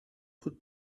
could